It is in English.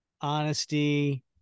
honesty